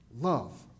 love